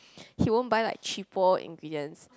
he won't buy like cheapo ingredients